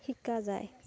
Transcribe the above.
শিকা যায়